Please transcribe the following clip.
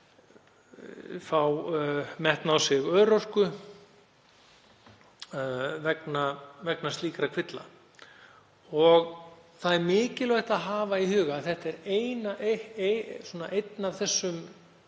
fólk fá metna örorku vegna slíkra kvilla. Það er mikilvægt að hafa í huga að þetta er einn af þeim